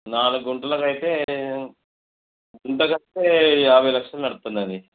నాలుగు గుంటలకు అయితే గుంటకి అయితే యాభై లక్షలు నడుస్తుందండి